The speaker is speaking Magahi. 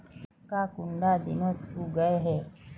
मक्का कुंडा दिनोत उगैहे?